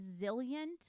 resilient